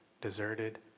Deserted